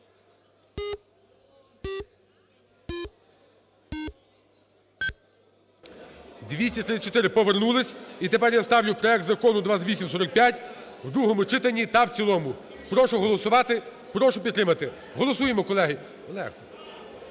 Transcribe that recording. За-234 Повернулися. І тепер я сталю проект закону 2845 в другому читанні та в цілому. Прошу голосувати. Прошу підтримати. Голосуємо, колеги.